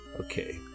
Okay